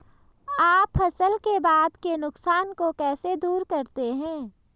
आप फसल के बाद के नुकसान को कैसे दूर करते हैं?